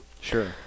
Sure